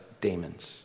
demons